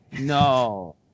No